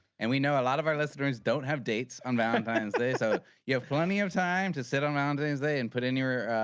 and we know a lot of our listeners don't have dates on valentine's day. so you have plenty of time to sit around and and say and put in your